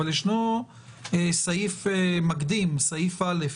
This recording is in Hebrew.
אבל ישנו סעיף מקדים, סעיף א',